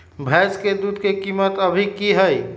भैंस के दूध के कीमत अभी की हई?